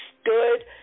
stood